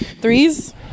Threes